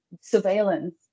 surveillance